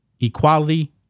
equality